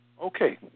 okay